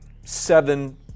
seven